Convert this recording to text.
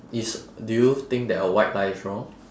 is do you think that a white lie is wrong